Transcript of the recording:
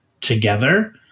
together